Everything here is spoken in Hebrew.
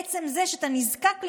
עצם זה שאתה נזקק למישהו,